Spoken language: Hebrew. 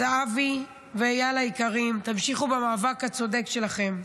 אז אבי ואייל היקרים, תמשיכו במאבק הצודק שלכם.